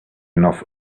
enough